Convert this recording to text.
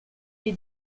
est